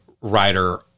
writer